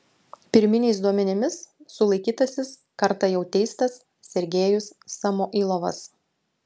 pirminiais duomenimis sulaikytasis kartą jau teistas sergejus samoilovas